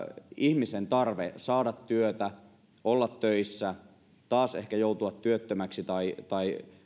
ihmisen tarve saada työtä olla töissä taas ehkä joutua työttömäksi tai tai